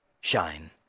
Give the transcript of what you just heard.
shine